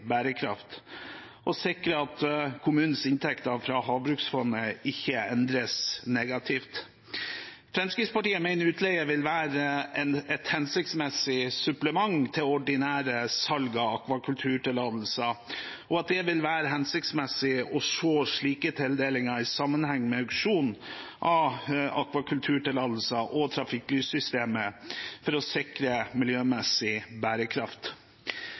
bærekraft og sikrer at kommunens inntekter fra havbruksfondet ikke endres negativt. Fremskrittspartiet mener utleie vil være et hensiktsmessig supplement til ordinære salg av akvakulturtillatelser, og at det vil være hensiktsmessig å se slike tildelinger i sammenheng med auksjon av akvakulturtillatelser og trafikklyssystemet for å sikre miljømessig bærekraft.